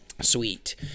Sweet